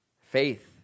Faith